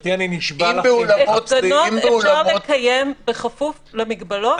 הפגנות אפשר לקיים בכפוף למגבלות.